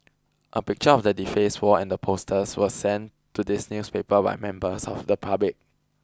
a picture of the defaced wall and the posters was sent to this newspaper by members of the public